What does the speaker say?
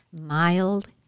Mild